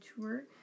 tour